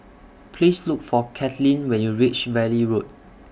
Please Look For Katlyn when YOU REACH Valley Road